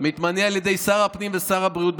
מתמנה על ידי שר הפנים ושר הבריאות,